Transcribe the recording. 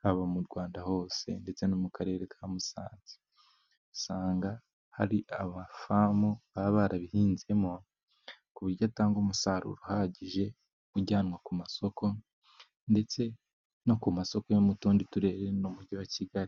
haba mu Rwanda hose ndetse no mu karere ka Musanze. Usanga hari amafamu baba barabihinzemo ku buryo atanga umusaruro uhagije, ujyanwa ku masoko ndetse no ku masoko yo mu tundi turere n'umujyi wa kigali.